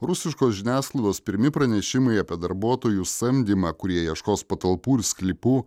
rusiškos žiniasklaidos pirmi pranešimai apie darbuotojų samdymą kurie ieškos patalpų ir sklypų